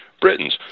Britons